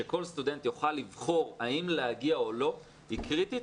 שכל סטודנט יוכל לבחור האם להגיע או לא היא קריטית.